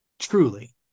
truly